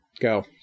Go